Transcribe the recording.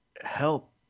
help